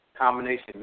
Combination